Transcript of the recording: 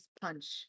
punch